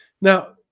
Now